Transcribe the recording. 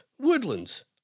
woodlands